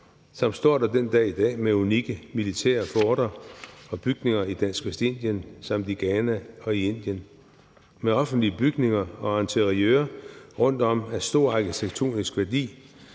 som står der den dag i dag, med unikke militære forter, bygninger i dansk Vestindien samt i Ghana og i Indien og offentlige bygninger og interiører rundtom af stor arkitektonisk værdi.